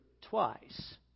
twice